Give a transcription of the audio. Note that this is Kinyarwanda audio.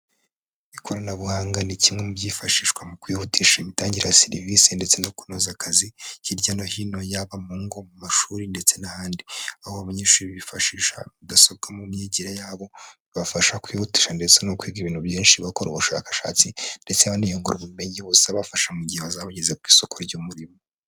Ikoranabuhanga ni kimwe mu byifashishwa mu kwihutisha imitangire ya serivisi ndetse no kunoza akazi, hirya no hino yaba mu ngo mu mashuri ndetse n'ahandi, aho banyeshuri bifashisha mudasobwa mu myigire yabo, bafasha kwihutisha ndetse no kwiga ibintu byinshi, bakora ubushakashatsi, ndetse baniyungura ubumenyi buzabafasha mu gihe bazaba bageze ku isoko ry'umurimo.